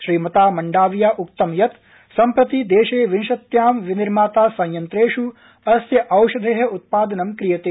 श्रीमता मंडाविया उक्तं यत् सम्प्रति देशे विंशत्यां विनिर्माता संयन्त्रेषु अस्य औषधे उत्पादनं क्रियते